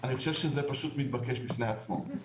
אני חושב שזה פשוט מתבקש בפני עצמו.